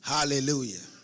Hallelujah